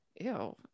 Ew